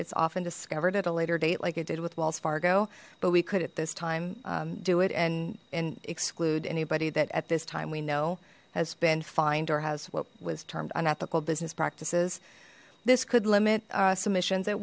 it's often discovered at a later date like it did with wells fargo but we could at this time do it and and exclude anybody that at this time we know has been fined or has what was termed unethical business practices this could limit submission